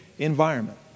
environment